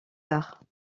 arts